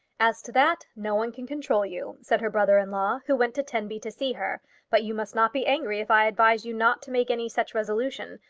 as to that, no one can control you, said her brother-in-law who went to tenby to see her but you must not be angry, if i advise you not to make any such resolution.